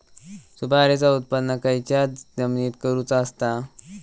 सुपारीचा उत्त्पन खयच्या जमिनीत करूचा असता?